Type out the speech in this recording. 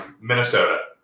Minnesota